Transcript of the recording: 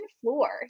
floor